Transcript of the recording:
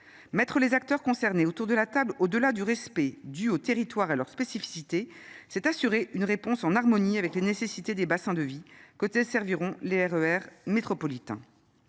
mettre les acteurs concernés autour de la table au delà du respect dû aux territoires et à leurs spécificités. C'est assurer une réponse en harmonie avec la nécessité des bassins de vie que serviront les R E R métropolitains